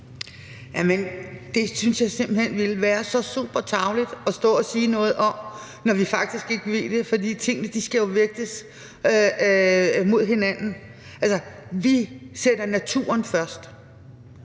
Jamen det synes jeg simpelt hen ville være så super tarveligt at stå og sige noget om, når vi faktisk ikke ved det. For tingene skal jo vægtes mod hinanden. Altså, vi sætter naturen først,